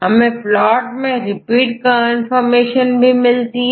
हमें प्लॉट में repeat information भी मिलती है